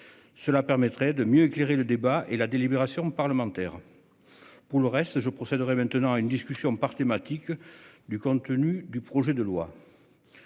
Cela permettrait de mieux éclairer le débat et la délibération parlementaire. Pour le reste je procès devrait maintenant à une discussion par thématique du contenu du projet de loi.